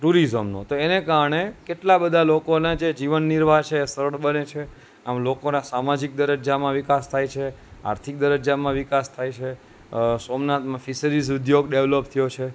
ટુરિઝમનો તો એને કારણે કેટલા બધા લોકોના જે જીવનનિર્વાહ છે સરળ બને છે એમ લોકના સામાજિક દરજ્જામાં વિકાસ થાય છે આર્થિક દરજ્જામાં વિકાસ થાય છે સોમનાથમાં ફિશરીસ ઉદ્યોગ ડેવલપ થયો છે